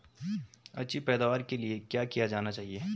अच्छी पैदावार के लिए क्या किया जाना चाहिए?